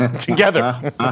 together